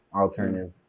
alternative